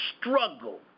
struggle